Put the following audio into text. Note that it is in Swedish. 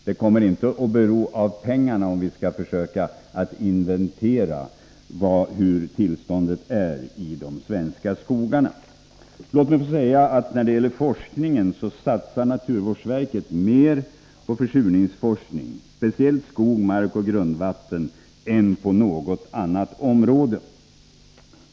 Det kommer inte att bero på pengar, om vi skall inventera hur tillståndet är i de svenska skogarna. När det gäller forskningen satsar naturvårdsverket mer på försurningsforskning — speciellt skog, mark och grundvatten — än på något annat område.